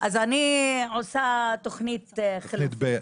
אז אני עושה תוכנית חלקית.